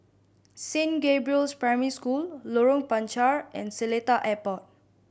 Saint Gabriel's Primary School Lorong Panchar and Seletar Airport